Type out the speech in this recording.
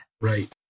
right